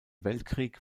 weltkrieg